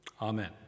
Amen